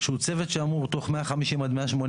רשות הבדואים זה אתם.